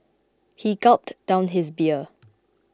he gulped down his beer